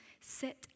Sit